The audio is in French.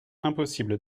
impossible